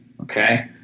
Okay